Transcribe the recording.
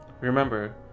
Remember